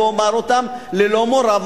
ואומר אותן ללא מורא,